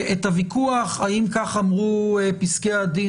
את הוויכוח האם כך אמרו פסקי הדין,